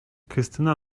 krystyna